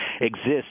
exists